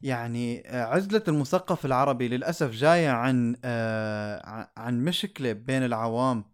يعني، آه، عزلة المثقف العربي للأسف جاية عن- آه، ع- عن مشكلة بين العوام.